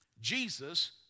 Jesus